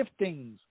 giftings